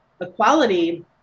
Equality